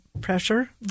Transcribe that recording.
pressure